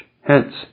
Hence